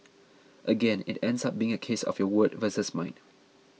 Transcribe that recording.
again it ends up being a case of your word versus mine